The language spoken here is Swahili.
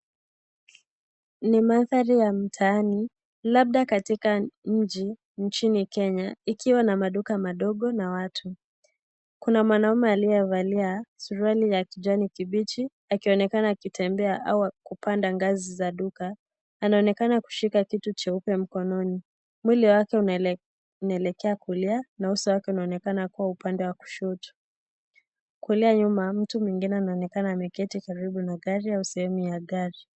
Ni mandhari ya mtaani labda katika mji nchini Kenya ikiwa na maduka madogo na watu. Kuna mwanaume aliyevalia suruali ya kijani kibichi akionekana akitembea au kupanda ngazi za duka anaonekana kushika kitu cheupe mkononi. Mwili wake unaelekea kulia na uso wake unaonekana kuwa upande wa kushoto. Kule nyuma mtu mwingine anaonekana ameketi karibu na gari au sehemu ya gari.